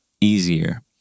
easier